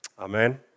Amen